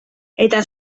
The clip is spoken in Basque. eta